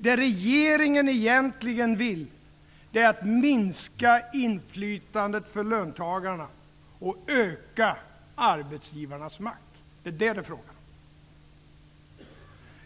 Det regeringen egentligen vill är att minska inflytandet för löntagarna och öka arbetsgivarnas makt.